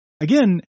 Again